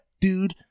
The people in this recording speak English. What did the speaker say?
dude